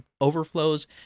overflows